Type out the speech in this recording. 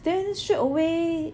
then straightaway